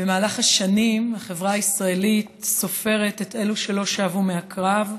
במהלך השנים החברה הישראלית סופרת את אלו שלא שבו מהקרב,